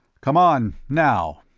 come on, now.